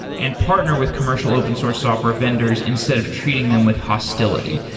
and partner with commercial open source software vendors instead of treating them with hostility.